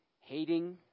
hating